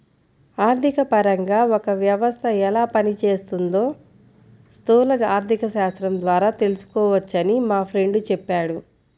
ఆర్థికపరంగా ఒక వ్యవస్థ ఎలా పనిచేస్తోందో స్థూల ఆర్థికశాస్త్రం ద్వారా తెలుసుకోవచ్చని మా ఫ్రెండు చెప్పాడు